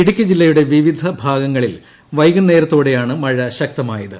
ഇടുക്കി ജില്ലയുടെ വിവിധ ഭാഗങ്ങളിൽ വൈകുന്നേരത്തോടെയാണ് മഴ ശക്തമായത്